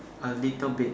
a little bit